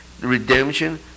Redemption